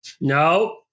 No